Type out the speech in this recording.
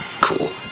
Cool